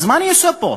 אז מה אני עושה פה?